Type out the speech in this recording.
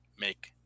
make